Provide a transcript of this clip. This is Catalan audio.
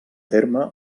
terme